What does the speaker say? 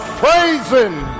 praising